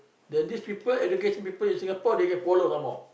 there's this people education people in Singapore they can follow some more